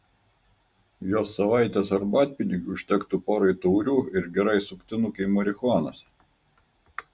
jos savaitės arbatpinigių užtektų porai taurių ir gerai suktinukei marihuanos